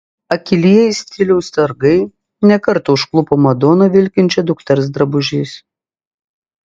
akylieji stiliaus sargai ne kartą užklupo madoną vilkinčią dukters drabužiais